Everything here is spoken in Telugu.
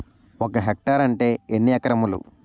ఒక హెక్టార్ అంటే ఎన్ని ఏకరములు?